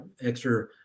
extra